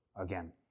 again